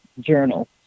journal